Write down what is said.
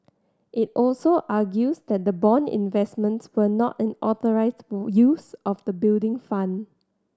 it also argues that the bond investments were not an authorised use of the Building Fund